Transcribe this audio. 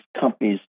companies